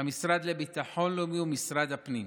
המשרד לביטחון לאומי ומשרד הפנים.